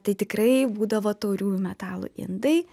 tai tikrai būdavo tauriųjų metalų indai